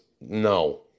No